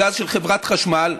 הגז של חברת החשמל,